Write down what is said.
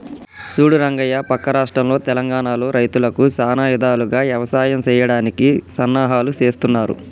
సూడు రంగయ్య పక్క రాష్ట్రంలో తెలంగానలో రైతులకు సానా ఇధాలుగా యవసాయం సెయ్యడానికి సన్నాహాలు సేస్తున్నారు